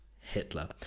Hitler